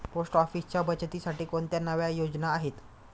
Post ऑफिसच्या बचतीसाठी कोणत्या नव्या योजना आहेत?